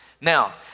Now